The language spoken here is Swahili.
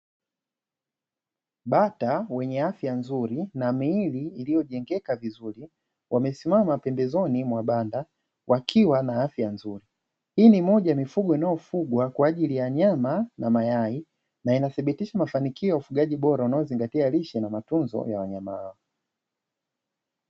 Bata wenye afya nzuri na miili iliojengeka vizuri wamesimama pembezoni mwa banda wakiwa na afya nzuri. Hii ni moja ya mifugo inayofugwa kwa ajili ya nyama na mayai, na inathibitisha mafanikio ya ufugaji bora unaozingatia lishe na matunzo ya wanyama hao.